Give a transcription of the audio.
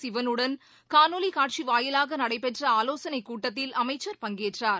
சிவனுடன் காணொலிக் காட்சி வாயிலாக நடைபெற்ற ஆலோசனைக் கூட்டத்தில் அமைச்சர் பங்கேற்றார்